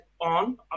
on